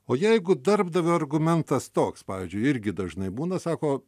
o jeigu darbdavio argumentas toks pavyzdžiui irgi dažnai būna sako